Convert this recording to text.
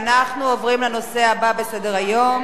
אנחנו עוברים לנושא הבא בסדר-היום